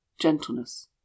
gentleness